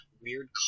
weird